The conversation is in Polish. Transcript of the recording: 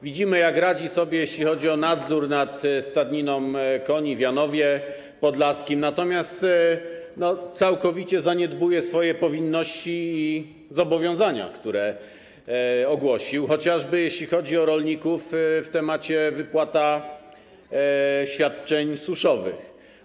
Widzimy, jak radzi sobie jeśli chodzi o nadzór nad stadniną koni w Janowie Podlaskim, natomiast całkowicie zaniedbuje swoje powinności i zobowiązania, które ogłosił, chociażby jeśli chodzi o rolników w temacie: wypłata świadczeń suszowych.